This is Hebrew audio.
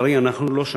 ולצערי אנחנו לא שם.